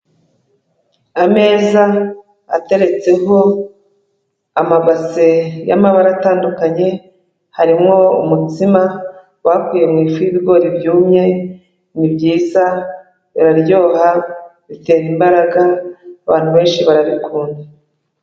Ameza ateretseho amabase y'amabara atandukanye, harimo umutsima bakuye mu ifu y'ibigori byumye, ni byiza, biraryoha, bitera imbaraga, abantu benshi barabikunda.